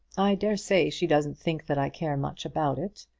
i dare say she doesn't think that i care much about it.